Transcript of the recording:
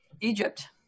Egypt